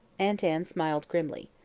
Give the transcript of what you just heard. aunt anne smiled grimly.